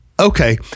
okay